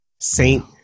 Saint